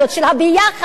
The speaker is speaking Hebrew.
של הביחד,